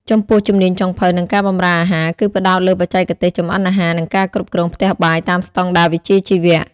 ចំពោះ ជំនាញចុងភៅ និងការបម្រើអាហារ គឺផ្តោតលើបច្ចេកទេសចម្អិនអាហារ និងការគ្រប់គ្រងផ្ទះបាយតាមស្តង់ដារវិជ្ជាជីវៈ។